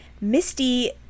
Misty